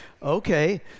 Okay